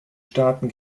staaten